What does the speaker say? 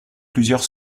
plusieurs